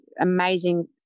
amazing